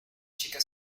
chica